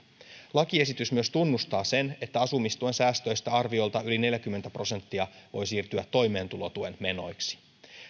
lakiesitys tunnustaa myös sen että asumistuen säästöistä arviolta yli neljäkymmentä prosenttia voi siirtyä toimeentulotuen menoiksi